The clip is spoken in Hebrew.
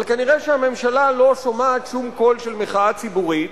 אבל כנראה הממשלה לא שומעת שום קול של מחאה ציבורית,